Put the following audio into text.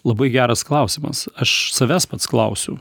labai geras klausimas aš savęs pats klausiu